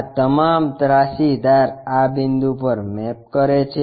આ તમામ ત્રાસી ધાર આ બિંદુ પર મેપ કરે છે